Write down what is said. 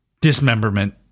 dismemberment